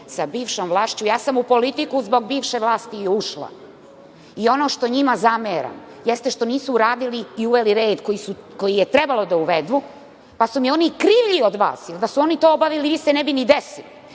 sa bivšom vlašću. U politiku sam zbog bivše vlasti i ušla. Ono što njima zameram jeste što nisu uradili i uveli red koji je trebalo da uvedu, pa su mi oni krivlji od vas, jer da su oni to obavili, vi se ne bi ni desili.